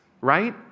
right